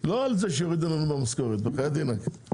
לא על זה שיורידו לנו במשכורת, בחיאת דינק.